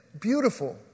beautiful